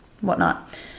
whatnot